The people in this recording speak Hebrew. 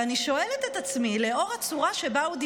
ואני שואלת את עצמי, לאור הצורה שבה הוא דיבר,